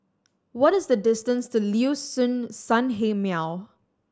what is the distance to Liuxun Sanhemiao